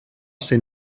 ser